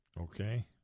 Okay